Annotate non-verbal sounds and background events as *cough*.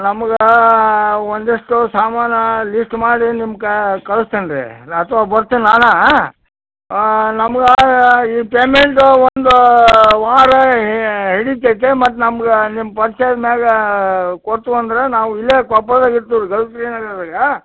ನಮಗಾ ಒಂದಿಷ್ಟು ಸಾಮಾನು ಲಿಸ್ಟ್ ಮಾಡಿ ನಿಮ್ಗೆ ಕಳ್ಸ್ತೀನಿ ರೀ ಅಥವಾ ಬರ್ತೀನಿ ನಾನೇ ನಮ್ಗೆ ಈ ಪೇಮೆಂಟು ಒಂದು ವಾರ ಹಿಡಿತೈತೆ ಮತ್ತೆ ನಮ್ಗೆ ನಿಮ್ಮ ಪರಿಚಯ ಮ್ಯಾಗಾ ಕೊಡ್ತಿವಿ ಅಂದ್ರೆ ನಾವು ಇಲ್ಲೇ ಕೊಪ್ಪಳದಾಗ ಇರ್ತೀವಿ *unintelligible* ನಗರದಾಗ